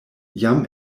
jam